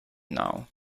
now